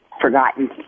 forgotten